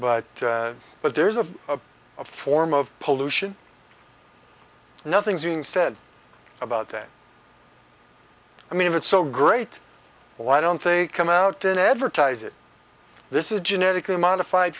but but there's a form of pollution and nothing's being said about that i mean it's so great why don't they come out to advertise it this is genetically modified